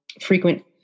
frequent